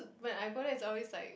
when I go there is always like